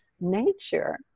nature